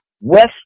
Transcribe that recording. west